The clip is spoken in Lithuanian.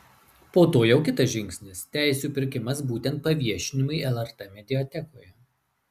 po to jau kitas žingsnis teisių pirkimas būtent paviešinimui lrt mediatekoje